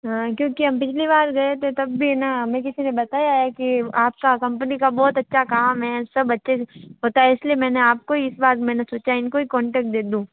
हाँ क्योंकि हम पिछली बार गए थे तब भी ना हमें किसी ने बताया है कि आप का कम्पनी का बहुत अच्छा काम है सब अच्छे से पता है इसलिए मैंने आपको इस बार मैंने सोचा इनको ही कान्टैक्ट दे दूँ